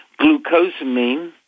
Glucosamine